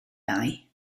lai